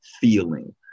feeling